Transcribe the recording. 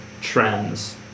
trends